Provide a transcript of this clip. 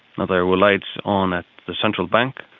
and there were lights on at the central bank,